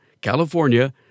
California